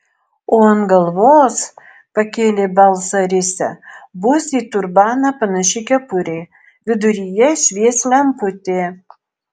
o ant galvos pakėlė balsą risia bus į turbaną panaši kepurė viduryje švies lemputė